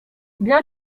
bien